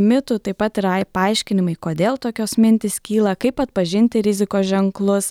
mitų taip pat yra ai paaiškinimai kodėl tokios mintys kyla kaip atpažinti rizikos ženklus